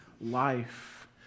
life